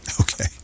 Okay